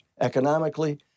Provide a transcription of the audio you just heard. economically